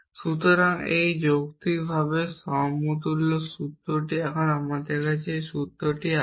সুতরাং এটাই যৌক্তিকভাবে সমতুল্য সূত্র এখন আমার কাছে সেই সূত্র আছে